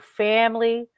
family